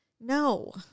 No